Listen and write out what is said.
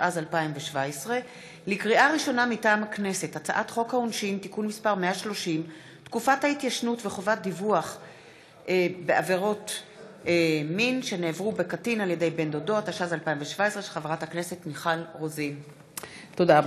התשע"ז 2017. תודה.